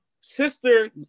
sister